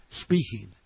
speaking